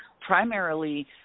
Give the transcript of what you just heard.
primarily